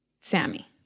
Sammy